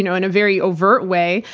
you know in a very overt way,